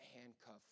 handcuff